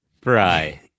fry